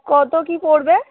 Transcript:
কত কী পড়বে